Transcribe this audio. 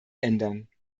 ändern